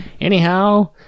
Anyhow